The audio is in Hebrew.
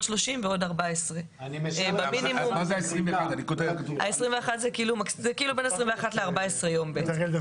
30 ועוד 14. זה כאילו בין 14 ל-21 ימים.